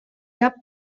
cap